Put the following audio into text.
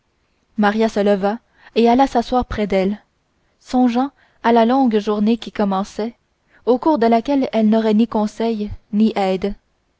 maria se leva et alla s'asseoir près d'elle songeant à la longue journée qui commençait au cours de laquelle elle n'aurait ni conseil il ni aide